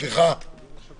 מתי זה הולך